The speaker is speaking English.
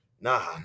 Nah